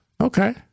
Okay